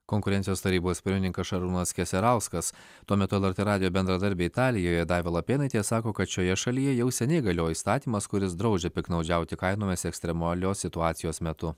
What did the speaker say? konkurencijos tarybos pirmininkas šarūnas keserauskas tuo metu lrt radijo bendradarbė italijoje daiva lapėnaitė sako kad šioje šalyje jau seniai galioja įstatymas kuris draudžia piktnaudžiauti kainomis ekstremalios situacijos metu